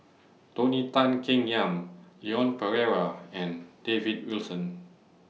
Tony Tan Keng Yam Leon Perera and David Wilson